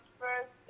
first